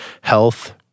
health